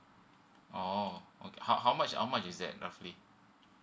oh okay how how much how much is that roughly